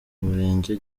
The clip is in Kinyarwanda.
murenge